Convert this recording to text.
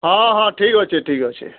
ହଁ ହଁ ଠିକ୍ ଅଛେ ଠିକ୍ ଅଛେ